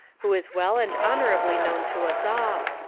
who is well and honourably known to us all.